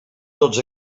tots